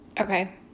Okay